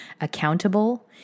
accountable